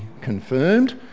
confirmed